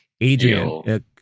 Adrian